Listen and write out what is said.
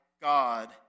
God